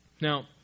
Now